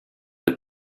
with